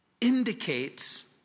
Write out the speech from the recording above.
indicates